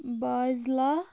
بازِلا